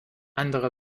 andere